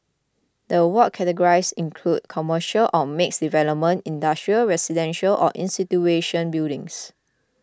the award categories include commercial or mixed development industrial residential and institutional buildings